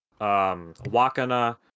Wakana